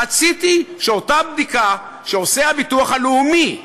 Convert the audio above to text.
רציתי שאותה בדיקה שעושה הביטוח הלאומי,